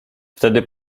wtedy